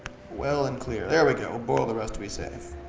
well and clear. there we go. we'll boil the rest to be safe.